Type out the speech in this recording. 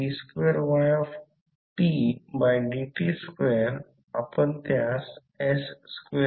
तसेच आहे याचा अर्थ K ∅12 ∅1 माहित आहे ∅1 हा टोटल फ्लक्स आहे आणि ∅12 हा इतर कॉइलला जोडणारा फ्लक्स आहे